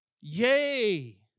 Yay